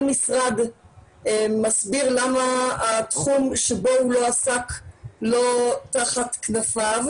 משרד מסביר למה התחום שבו הוא לא עסק הוא לא תחת כנפיו.